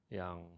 yang